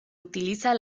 utiliza